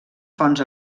fonts